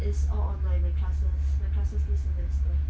is all online my classes my classes this semester